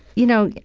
you know,